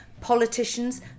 politicians